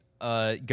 Go